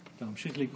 חבר הכנסת אוריאל בוסו.